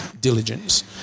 diligence